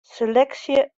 seleksje